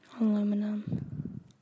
aluminum